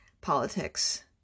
politics